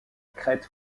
crête